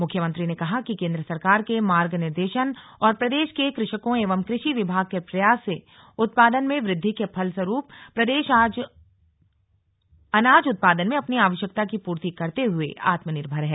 मुख्यमंत्री ने कहा कि केंद्र सरकार के मार्ग निर्देशन और प्रदेश के कृषकों एवं कृषि विभाग के प्रयास से उत्पादन में वृद्वि के फलस्वरूप प्रदेश अनाज उत्पादन में अपनी आवश्यकता की पूर्ति करते हुए आत्मनिर्भर है